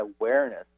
awareness